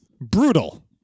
brutal